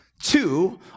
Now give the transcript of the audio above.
Two